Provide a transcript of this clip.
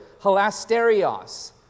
halasterios